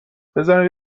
بزارین